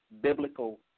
biblical